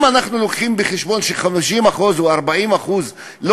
אם אנחנו מביאים בחשבון ש-50% או 40% לא